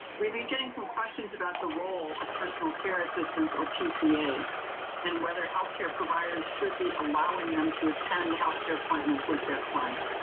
we've been getting some questions about the role of personal care assistants or pcas and whether health care providers should be allowing them to attend to healthcare appointments with their clients.